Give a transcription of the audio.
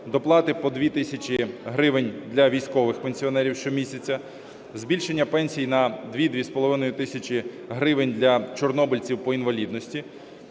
доплати по 2 тисячі гривень для військових пенсіонерів щомісяця, збільшення пенсій на 2-2,5 тисячі гривень для чорнобильців по інвалідності.